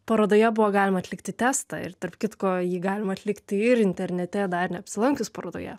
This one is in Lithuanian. parodoje buvo galima atlikti testą ir tarp kitko jį galima atlikti ir internete dar neapsilankius parodoje